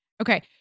Okay